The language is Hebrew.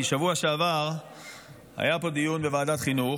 כי בשבוע שעבר היה פה דיון בוועדת חינוך.